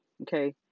okay